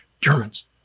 Germans